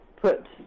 put